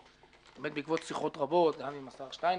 באמת בעקבות שיחות רבות גם עם השר שטייניץ,